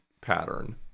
pattern